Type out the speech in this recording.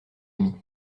amis